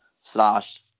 slash